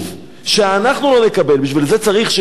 בשביל זה צריך שתהיה פה יענו מדינה פלסטינית,